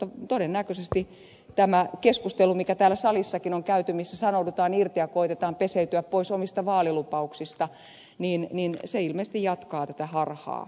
mutta todennäköisesti tämä keskustelu mikä täällä salissakin on käyty missä sanoudutaan irti ja koetetaan peseytyä pois omista vaalilupauksista ilmeisesti jatkaa tätä harhaa